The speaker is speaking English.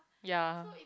ya